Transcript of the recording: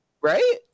Right